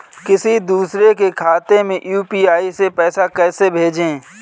किसी दूसरे के खाते में यू.पी.आई से पैसा कैसे भेजें?